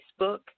Facebook